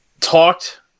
talked